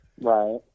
right